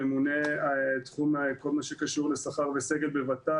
הממונה על התחום של כל מה שקשור לשכר ולסגל בות"ת,